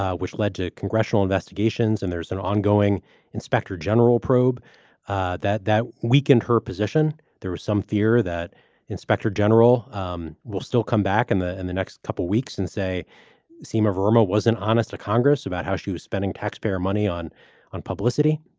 ah which led to congressional investigations and there's an ongoing inspector general probe ah that that weakened her position. there was some fear that inspector general um will still come back in the and the next couple weeks and say sima romo wasn't honest to congress about how she was spending taxpayer money on on publicity.